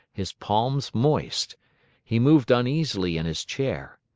his palms moist he moved uneasily in his chair.